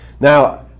Now